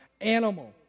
animal